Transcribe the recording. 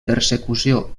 persecució